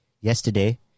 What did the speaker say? yesterday